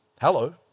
hello